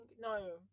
No